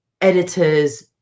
editors